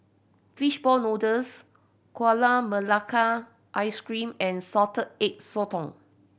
fishball noodles Gula Melaka Ice Cream and Salted Egg Sotong